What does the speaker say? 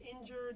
injured